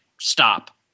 stop